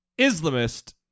Islamist